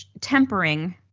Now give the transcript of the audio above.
tempering